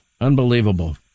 Unbelievable